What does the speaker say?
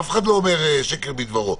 אף אחד לא אומר שקר בדברו,